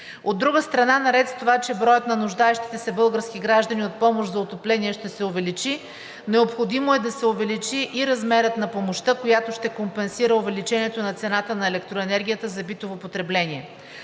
От друга страна, наред с това, че броят на нуждаещите се български граждани от помощ за отопление ще се увеличи, необходимо е да се увеличи и размерът на помощта, която ще компенсира увеличението на цената на електроенергията за битово потребление.